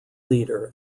leader